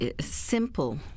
simple